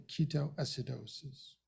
ketoacidosis